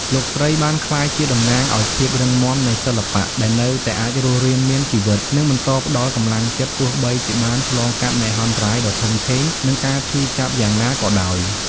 លោកស្រីបានក្លាយជាតំណាងឱ្យ ភាពរឹងមាំនៃសិល្បៈ ដែលនៅតែអាចរស់រានមានជីវិត និងបន្តផ្តល់កម្លាំងចិត្ត ទោះបីជាបានឆ្លងកាត់មហន្តរាយដ៏ធំធេង និងការឈឺចាប់យ៉ាងណាក៏ដោយ។